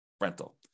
rental